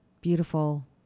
beautiful